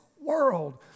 world